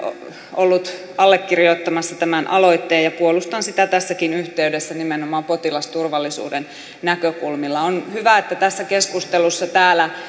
ollut allekirjoittamassa tämän asetuksen ja puolustan sitä tässäkin yhteydessä nimenomaan potilasturvallisuuden näkökulmilla on hyvä että tässä keskustelussa täällä